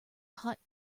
hot